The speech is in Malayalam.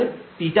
അതായത് θx x0